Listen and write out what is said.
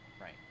Right